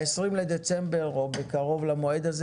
ב-20 בדצמבר או בקרוב למועד הזה,